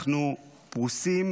אנחנו פרוסים